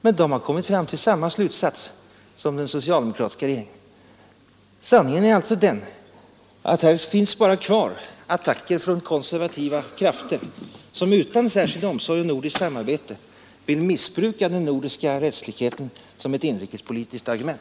Men de har kommit fram till samma slutsats som vi i öka framställa det så att i detta äktenskapslagstiftningsärende den den svenska regeringen. Sanningen är alltså att det bara finns kvar attacker från konservativa krafter, som utan särskild omsorg om nordiskt samarbete vill missbruka argumentet om den nordiska rättslikheten för sina inrikespolitiska syften.